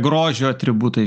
grožio atributai